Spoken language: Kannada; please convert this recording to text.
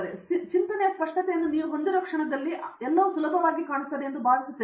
ಆ ಚಿಂತನೆಯ ಸ್ಪಷ್ಟತೆಯನ್ನು ನೀವು ಹೊಂದಿರುವ ಕ್ಷಣದಲ್ಲಿ ಅದು ಎಂದಿಗಿಂತಲೂ ಸುಲಭವಾಗಿ ಕಾಣುತ್ತದೆ ಎಂದು ನಾನು ಭಾವಿಸುತ್ತೇನೆ